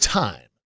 time